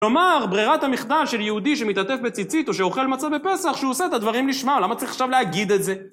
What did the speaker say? כלומר, ברירת המחדר של יהודי שמתעטף בציצית או שאוכל מצה בפסח, שהוא עושה את הדברים לשמה, למה צריך עכשיו להגיד את זה?